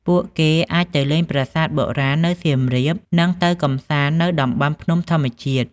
ពួកគេអាចទៅលេងប្រាសាទបុរាណនៅសៀមរាប និងទៅកម្សាន្តនៅតំបន់ភ្នំធម្មជាតិ។